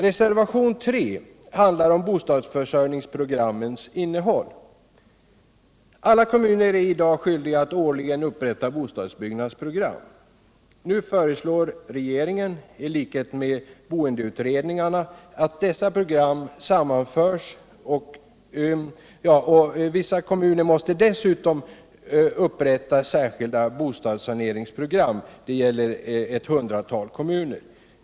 Reservationen 3 handlar om bostadsförsörjningsprogrammens innehåll. Alla kommuner är i dag skyldiga att årligen upprätta bostadsbyggnadsprogram. Vissa kommuner måste dessutom upprätta särskilda bostadssaneringsprogram. Det gäller ett hundratal kommuner.